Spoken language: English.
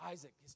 Isaac